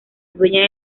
dueña